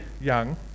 young